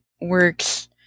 works